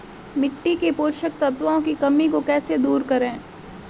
मिट्टी के पोषक तत्वों की कमी को कैसे दूर करें?